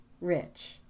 rich